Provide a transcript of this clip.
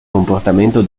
comportamento